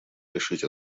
решить